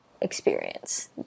experience